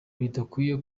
bidakwiye